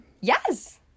Yes